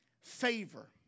favor